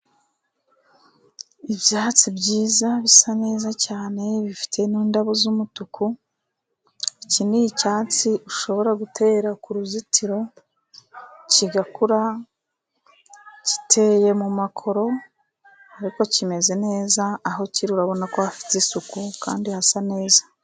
Ibyatsi byiza bisa neza cyane bifite n'indabo z'umutuku, iki ni icyatsi ushobora gutera ku ruzitiro kigakura, giteye mu makoro ariko kimeze neza, aho kiri urabona ko hafite isuku kandi hasa neza.